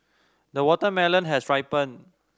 the watermelon has ripened